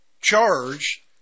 charge